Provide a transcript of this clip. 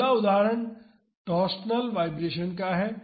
अगला उदाहरण torsional vibration का है